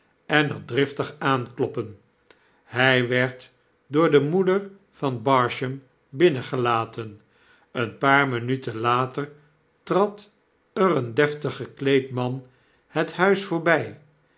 en er driftig aankloppen hij werd door de moeder van barsham binnengelaten een paar minuten later trad er een deftig gekleed man het huis voor